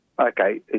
Okay